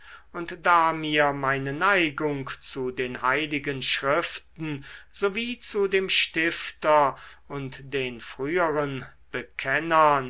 und da mir meine neigung zu den heiligen schriften sowie zu dem stifter und den früheren bekennern